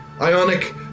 ionic